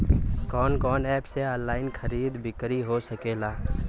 कवन कवन एप से ऑनलाइन खरीद बिक्री हो सकेला?